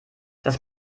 das